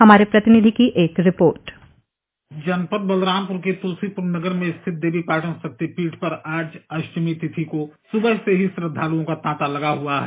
हमारे प्रतिनिधि की एक रिपोर्ट डिस्पैच जनपद बलरामपुर के तुलसीपुर नगर में स्थित देवीपाटन शक्तिपीठ पर आज अष्टमी तिथि को सुबह से ही श्रद्धालुओं का तांता लगा हुआ है